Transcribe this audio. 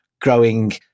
growing